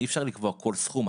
אי אפשר לקבוע כל סכום.